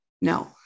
no